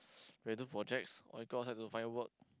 random projects or you go outside to find work